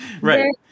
Right